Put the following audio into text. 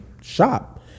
shop